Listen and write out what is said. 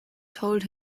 told